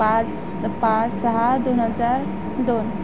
पाच पाच सहा दोन हजार दोन